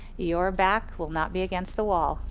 your back will not be against the wall.